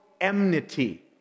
enmity